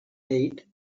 eight